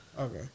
Okay